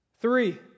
Three